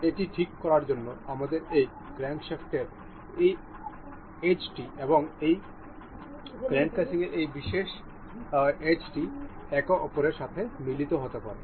এটি ঠিক করার জন্য আমাদের এই ক্র্যাঙ্কশ্যাফটের এই এজটি এবং ক্র্যাঙ্ক কেসিংয়ের এই বিশেষ এজটি একে অপরের সাথে মিলিত হতে হবে